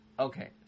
Okay